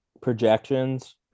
projections